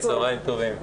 צוהריים טובים.